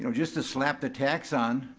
you know just to slap the tax on,